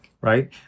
right